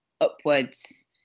upwards